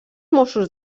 mossos